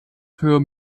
für